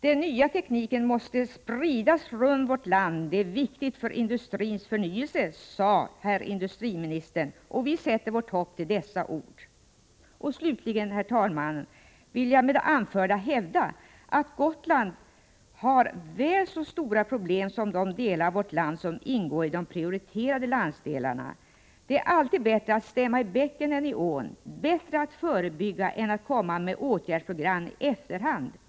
Den nya tekniken måste spridas runt vårt land. Det är viktigt för industrins förnyelse, sade herr industriministern. Vi sätter vårt hopp till dessa ord. Slutligen vill jag, herr talman, med det anförda hävda att Gotland har väl så stora problem som de delar av vårt land som ingår i de prioriterade landsdelarna. Det är alltid bättre att stämma i bäcken än i ån, bättre att förebygga än att komma med åtgärdsprogram i efterhand.